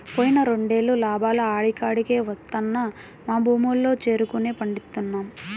పోయిన రెండేళ్ళు లాభాలు ఆడాడికే వత్తన్నా మన భూముల్లో చెరుకునే పండిస్తున్నాం